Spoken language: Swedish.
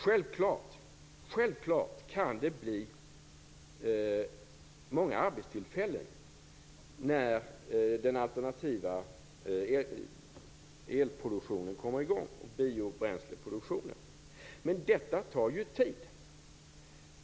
Självfallet kan det bli många arbetstillfällen när den alternativa elproduktionen och biobränsleproduktionen kommer i gång. Men detta tar ju tid.